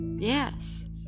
Yes